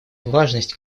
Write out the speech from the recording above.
важность